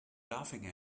laughing